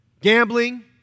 Gambling